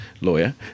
lawyer